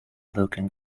looking